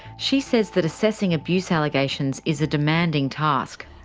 she says that assessing abuse allegations is a demanding task.